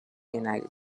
united